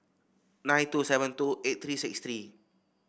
nine two seven two eight three six three